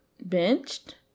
benched